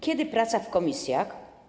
Kiedy praca w komisjach?